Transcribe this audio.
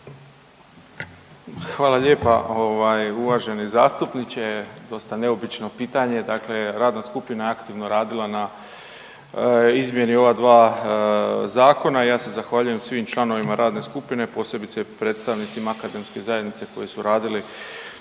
Hvala lijepo ovaj, uvaženi zastupniče. Dosta neobično pitanje. Dakle radna skupina je aktivno radila na izmjeni ova dva zakona, ja se zahvaljujem svim članovima radne skupine, posebice predstavnicima akademske zajednice koji su radili